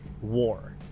war